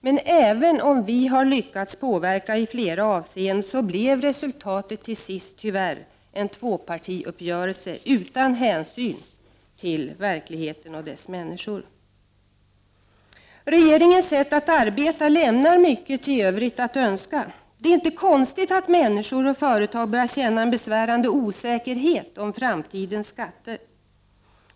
Men även om vi har lyckats påverka i flera avseenden, så blev resultatet till sist tyvärr en tvåpartiuppgörelse utan hänsyn till verkligheten och dess människor. Regeringens sätt att arbeta lämnar mycket övrigt att önska. Det är inte konstigt att människor och företag börjar känna en besvärande osäkerhet om framtidens skatter.